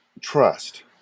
trust